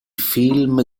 film